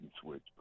switch